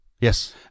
Yes